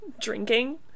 drinking